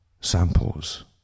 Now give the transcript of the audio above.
samples